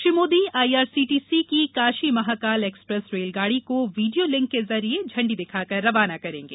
Shri Modi IRCTC की Kashi Mahakal express रेलगाड़ी को वीडियो लिंक के जरिये इंडी दिखाकर रवाना करेंगे